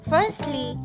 Firstly